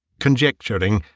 conjecturing,